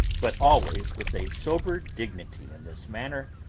but always with a sober dignity in his manner,